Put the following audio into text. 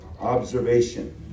observation